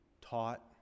taught